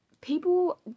people